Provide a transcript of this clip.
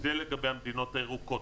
זה לגבי המדינות הירוקות.